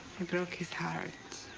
it broke his heart.